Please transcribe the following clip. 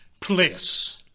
place